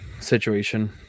situation